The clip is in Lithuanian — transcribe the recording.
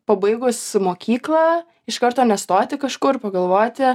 pabaigus mokyklą iš karto nestoti kažkur pagalvoti